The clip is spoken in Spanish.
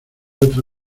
otra